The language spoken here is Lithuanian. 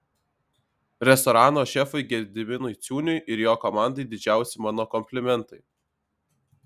restorano šefui gediminui ciūniui ir jo komandai didžiausi mano komplimentai